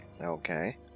Okay